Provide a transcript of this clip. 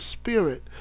spirit